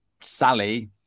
sally